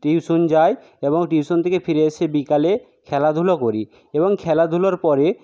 tuition যাই এবং tuition থেকে ফিরে এসে বিকালে খেলাধুলো করি এবং খেলাধুলোর পরে